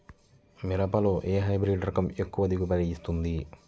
మిరపలో ఏ హైబ్రిడ్ రకం ఎక్కువ దిగుబడిని ఇస్తుంది?